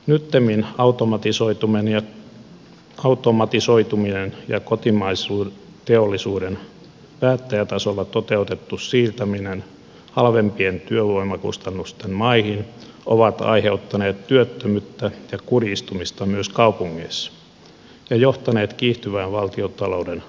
nyttemmin automatisoituminen ja kotimaisen teollisuuden päättäjätasolla toteutettu siirtäminen halvempien työvoimakustannusten maihin ovat aiheuttaneet työttömyyttä ja kurjistumista myös kaupungeissa ja johtaneet kiihtyvään valtiontalouden alijäämän kasvuun